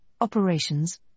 operations